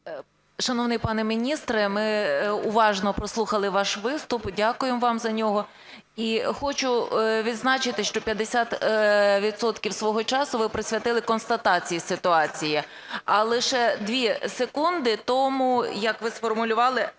Шановний пане міністр, ми уважно прослухали ваш виступ. Дякуємо вам за нього. І хочу відзначити, що 50 відсотків свого часу ви присвятили констатації ситуації, а лише дві секунди тому, як ви сформулювали